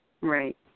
Right